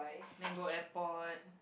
then go airport